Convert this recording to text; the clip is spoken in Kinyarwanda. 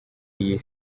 iyi